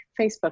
Facebook